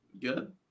Good